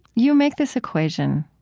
you make this equation,